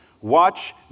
Watch